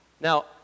now